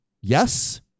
Yes